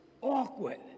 awkward